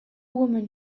woman